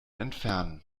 entfernen